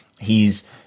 hes